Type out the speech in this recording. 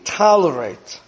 tolerate